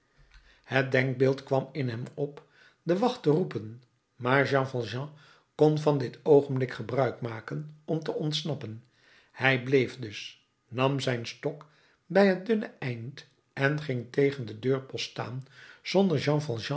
het denkbeeld kwam in hem op de wacht te roepen maar jean valjean kon van dit oogenblik gebruik maken om te ontsnappen hij bleef dus nam zijn stok bij het dunne eind en ging tegen den deurpost staan zonder jean